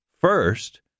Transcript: first